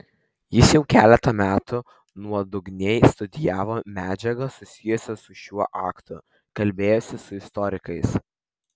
jis jau keletą metų nuodugniai studijavo medžiagą susijusią su šiuo aktu kalbėjosi su istorikais